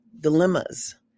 dilemmas